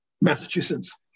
Massachusetts